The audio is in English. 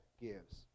gives